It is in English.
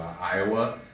Iowa